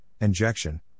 injection